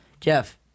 Jeff